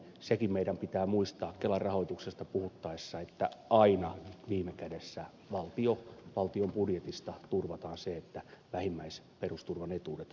toisinpäin sekin meidän pitää muistaa kelan rahoituksesta puhuttaessa että aina viime kädessä valtion budjetista turvataan se että vähimmäisperusturvan etuudet tulevat maksetuiksi